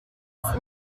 used